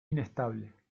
inestable